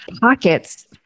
pockets